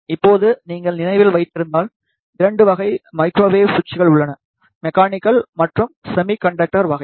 இப்போது நீங்கள் நினைவில் வைத்திருந்தால் 2 வகை மைக்ரோவேவ் சுவிட்சுகள் உள்ளன மெக்கானிக்கல் மற்றும் செமி கண்டக்டர் வகை